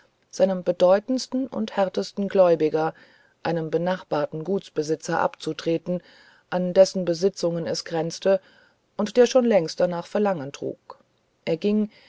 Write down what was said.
seinem bedeutendsten und härtesten gläubiger einem benachbarten gutsbesitzer abzutreten an dessen besitzungen es grenzte und der schon längst danach verlangen trug er ging